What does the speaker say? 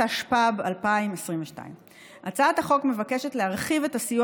התשפ"ב 2022. הצעת החוק מבקשת להרחיב את הסיוע